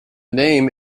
name